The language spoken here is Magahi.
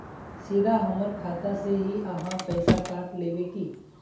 सीधा हमर खाता से ही आहाँ पैसा काट लेबे की?